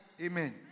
Amen